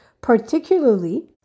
particularly